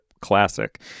Classic